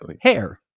hair